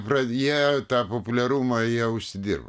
kad jie tą populiarumą jie užsidirbo